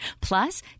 Plus